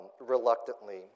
reluctantly